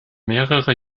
mehrere